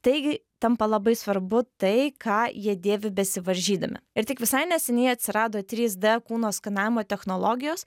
taigi tampa labai svarbu tai ką jie dėvi besivaržydami ir tik visai neseniai atsirado trys d kūno skanavimo technologijos